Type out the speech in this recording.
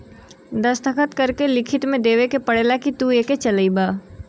दस्खत करके लिखित मे देवे के पड़ेला कि तू इके चलइबा